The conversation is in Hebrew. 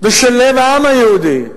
ושל לב העם היהודי,